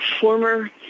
former